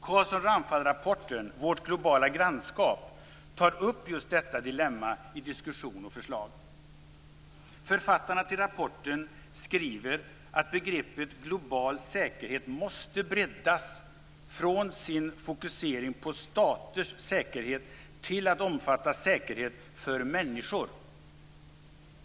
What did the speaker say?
Carlsson-Ramphal-rapporten Vårt globala grannskap tar upp just detta dilemma till diskussion och förslag. Författarna till rapporten skriver att begreppet global säkerhet måste breddas från sin fokusering på staters säkerhet till att omfatta säkerhet för människor.